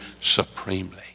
supremely